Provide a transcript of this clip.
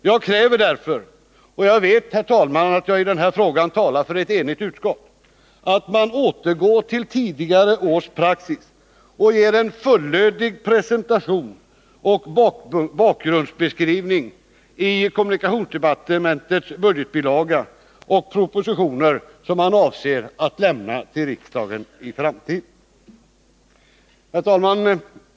Jag kräver därför — och jag vet, herr talman, att jag i denna fråga talar för ett enigt utskott — att man återgår till tidigare års praxis och ger en fullödig presentation och bakgrundsbeskrivning i kommunikationsdepartementets budgetbilaga och i de propositioner som man avser att lämna till riksdagen i framtiden. Herr talman!